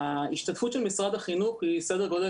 ההשתתפות של משרד החינוך היא סדר גודל